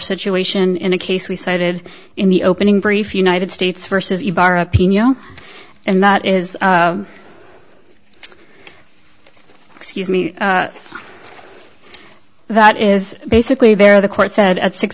situation in a case we cited in the opening brief united states versus ybarra opinion and that is excuse me that is basically there the court said at six